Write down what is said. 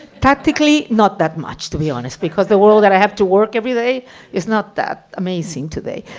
tactically, not that much, to be honest, because the world that i have to work everyday is not that amazing today.